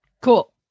Cool